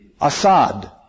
Assad